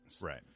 Right